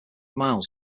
miles